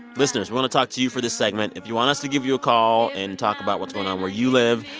listeners, we want to talk to you for this segment. if you want us to give you a call and talk about what's going on where you live,